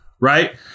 right